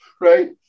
Right